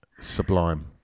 sublime